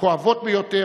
הכואבות ביותר,